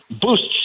boosts